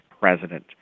president